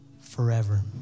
Forever